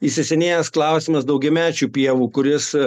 įsisenėjęs klausimas daugiamečių pievų kuris